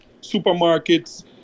supermarkets